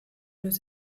los